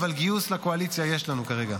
אבל גיוס לקואליציה יש לנו כרגע.